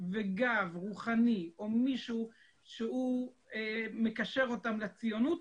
וגב רוחני או מישהו שהוא מקשר אותם לציונות